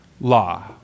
law